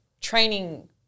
training